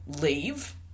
leave